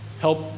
Help